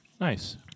Nice